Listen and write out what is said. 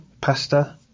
pasta